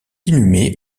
inhumé